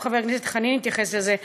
וגם חבר הכנסת חנין התייחס לזה,